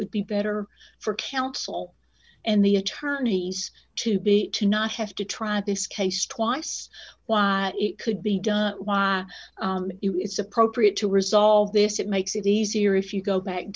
would be better for counsel and the attorneys to be to not have to try this case twice why it could be done while it's appropriate to resolve this it makes it easier if you go back